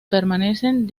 permanecen